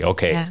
Okay